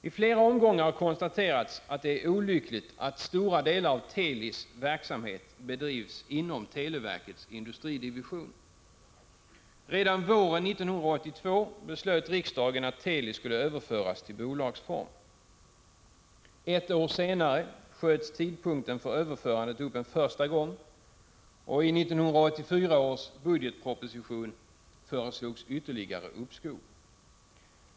I flera omgångar har det konstaterats att det är olyckligt att stora delar av Telis verksamhet bedrivs inom televerkets industridivision. Redan våren 1982 beslöt riksdagen att Teli skulle överföras till bolagsform. Ett år senare sköts tidpunkten för överförandet upp en första gång och i 1984 års budgetproposition föreslogs ytterligare uppskov.